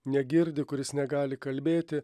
negirdi kuris negali kalbėti